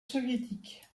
soviétique